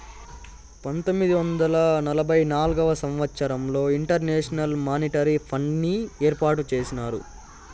పంతొమ్మిది వందల నలభై నాల్గవ సంవచ్చరంలో ఇంటర్నేషనల్ మానిటరీ ఫండ్ని ఏర్పాటు చేసినారు